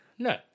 No